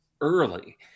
early